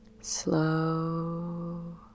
Slow